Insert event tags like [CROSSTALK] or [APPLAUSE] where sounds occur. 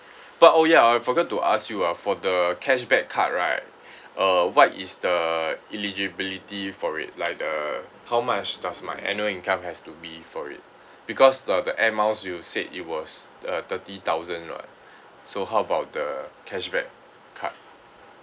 but oh ya I forgot to ask you ah for the cashback card right [BREATH] uh what is the eligibility for it like the how much does my annual income has to be for it because the the air miles you said it was uh thirty thousand right so how about the cashback card